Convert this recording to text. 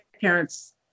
parents